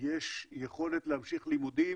יש יכולת להמשיך לימודים,